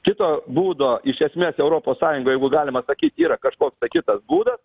kito būdo iš esmės europos sąjungoj jeigu galima sakyt yra kažkoks tai kitas būdas